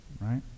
right